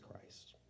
Christ